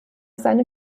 seine